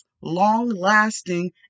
long-lasting